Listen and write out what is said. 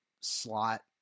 slot